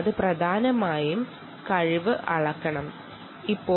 അത് പ്രധാനമായും അബിലിറ്റിയെ അളക്കാൻ വേണ്ടിയാണ്